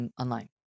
online